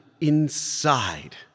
inside